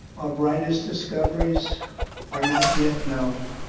our brightest discoveries are not yet known.